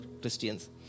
Christians